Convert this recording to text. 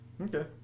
okay